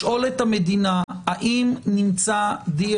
אם היא רוצה לשאול את המדינה אם נמצא דנ"א